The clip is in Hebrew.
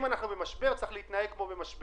אם אנחנו במשבר, צריך להתנהג כמו במשבר.